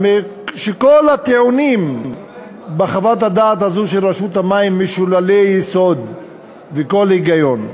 וכל הטיעונים בחוות הדעת הזו של רשות המים משוללי יסוד וכל היגיון.